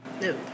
No